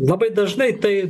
labai dažnai tai